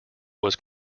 was